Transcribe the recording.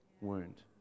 wound